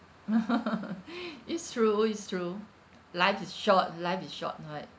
it's true it's true life is short life is short right